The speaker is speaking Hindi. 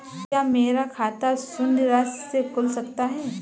क्या मेरा खाता शून्य राशि से खुल सकता है?